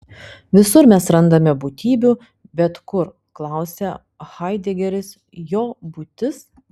visur mes randame būtybių bet kur klausia haidegeris jo būtis